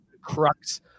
crux